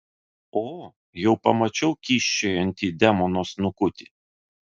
o jau pamačiau kyščiojantį demono snukutį